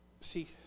See